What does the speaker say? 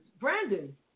Brandon